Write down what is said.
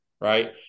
right